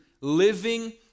Living